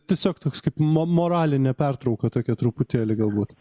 tiesiog toks kaip mo moralinė pertrauka tokia truputėlį galbūt